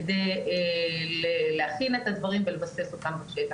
כדי להכין את הדברים ולבסס אותם בשטח.